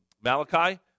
Malachi